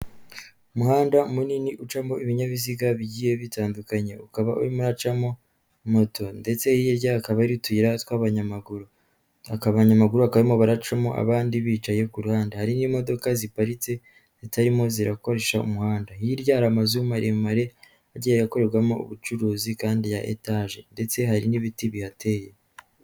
Umuhanda munini ucamo ibinyabiziga bigiye bitandukanye ukaba urimo uramacamo moto ndetse hirya hakaba hari utuyira tw'abanyamaguru, abanyamaguru bakaba barimo baracamo abandi bicaye ku ruhande hari n'imodoka ziparitse zitarimo zirakoresha umuhanda. Hirya hari amazu maremare agiye akorerwamo ubucuruzi kandi ya etaje ndetse hari n'ibiti bihateye.